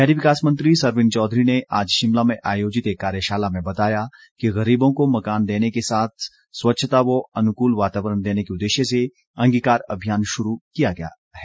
शहरी विकास मंत्री सरवीण चौधरी ने आज शिमला में आयोजित एक कार्यशाला में बताया कि गरीबों को मकान देने को साथ स्वच्छता व अनुकूल वातावरण देने के उद्देश्य से अंगीकार अभियान शुरू किय जा रहा है